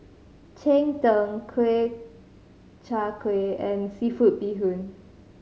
cheng tng kui Chai Kuih and seafood bee hoon